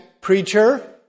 Preacher